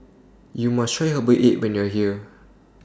YOU must Try Herbal Egg when YOU Are here